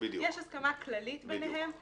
יש הסכמה כללית ביניהם,